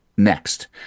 next